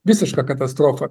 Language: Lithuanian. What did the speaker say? visiška katastrofa